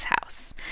house